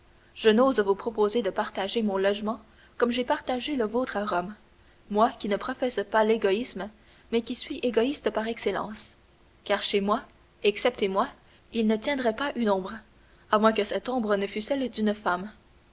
je n'ose vous proposer de partager mon logement comme j'ai partagé le vôtre à rome moi qui ne professe pas l'égoïsme mais qui suis égoïste par excellence car chez moi excepté moi il ne tiendrait pas une ombre à moins que cette ombre ne fût celle d'une femme